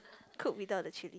cook without the chilli